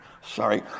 Sorry